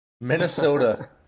Minnesota